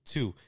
Two